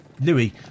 Louis